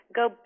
go